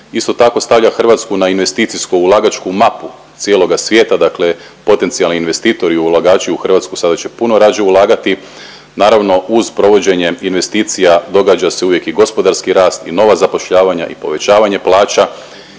Isto tako stavlja Hrvatsku na investicijsko ulagačku mapu cijeloga svijeta dakle potencijalni investitori, ulagači u Hrvatsku sada će puno rađe ulagati. Naravno uz provođenje investicija događa se uvijek i gospodarski rast i nova zapošljavanja i povećavanje plaća